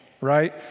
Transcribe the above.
right